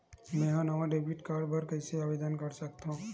मेंहा नवा debit card बर कैसे आवेदन कर सकथव?